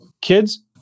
Kids